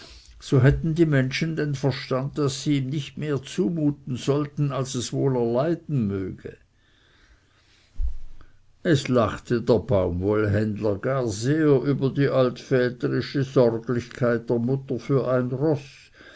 so hätten die menschen den verstand daß sie ihm nicht mehr anmuten sollten als es wohl erleiden möge es lachte der baumwollenhändler gar sehr über die altväterische sorglichkeit der mutter für ein roß